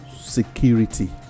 security